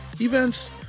events